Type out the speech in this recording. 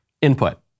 Input